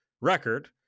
record